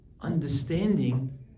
understanding